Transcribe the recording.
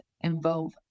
involve